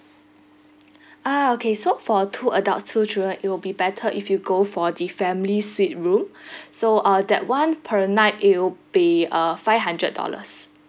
ah okay so for two adults two children it will be better if you go for the family suite room so uh that one per night it'll be uh five hundred dollars